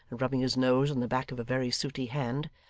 and rubbing his nose on the back of a very sooty hand,